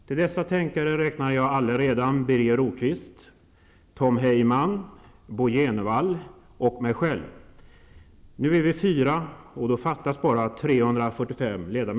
Tilltänkare räknar jag alla edan Birger Rosqvist, Tom Heyman, Bo Jenevall och mig själv. Nu är vi fyra, och då fattas bara 345